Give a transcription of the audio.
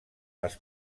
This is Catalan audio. les